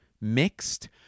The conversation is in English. mixed